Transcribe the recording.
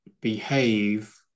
behave